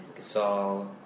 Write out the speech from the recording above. Gasol